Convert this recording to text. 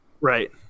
right